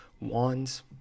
wands